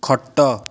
ଖଟ